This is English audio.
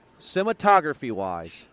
cinematography-wise